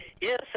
Yes